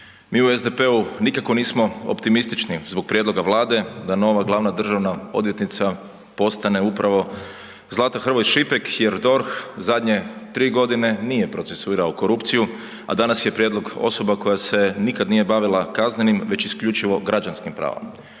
Mi u SDP-u nikako nismo optimistični zbog prijedloga Vlade da nova glavna državna odvjetnica postane upravo Zlata Hrvoj Šipek jer DORH zadnje 3 godine nije procesuirao korupciju, a danas je prijedlog osoba koja se nikada nije bavila kaznenim već isključivo građanskim pravom.